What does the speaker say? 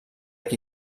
qui